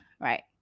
right